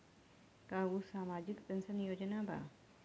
का उ सामाजिक पेंशन योजना बा?